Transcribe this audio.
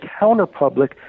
counterpublic